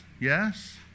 Yes